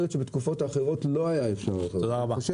להיות שבתקופות אחרות לא היה אפשר לעשות.